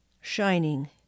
shining